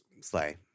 Slay